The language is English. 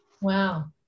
Wow